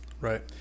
Right